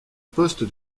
poste